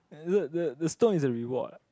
the the the stone is the reward ah